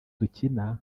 dukina